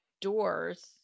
doors